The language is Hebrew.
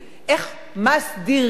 איך מסדירים.